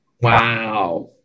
Wow